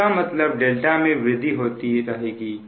इसका मतलब δ में वृद्धि होते रहेगी